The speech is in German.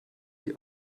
die